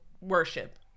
worship